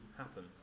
happen